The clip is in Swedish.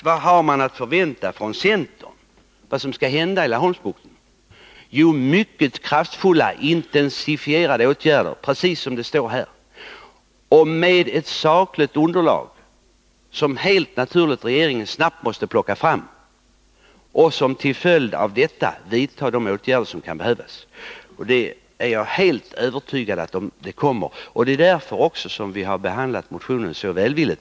Vad har vi att förvänta från centern beträffande vad som skall hända i Laholmsbukten? Jo, mycket kraftfulla, intensifierade åtgärder — precis som det står — och med sakligt underlag som regeringen helt naturligt snabbt måste plocka fram. Jag är övertygad om att detta kommer. Det är också därför som vi har behandlat motionen så välvilligt.